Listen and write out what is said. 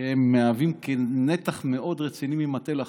שהם נתח מאוד רציני ממטה לחמו.